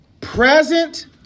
Present